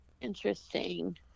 interesting